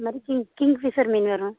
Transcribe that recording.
அது மாதிரி king kingfisher மீன் வேணும்